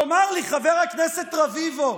תאמר לי, חבר הכנסת רביבו,